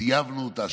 טייבנו אותה,